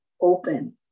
open